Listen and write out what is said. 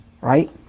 Right